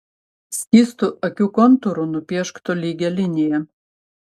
skystu akių kontūru nupiešk tolygią liniją